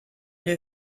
der